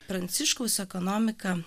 pranciškaus ekonomika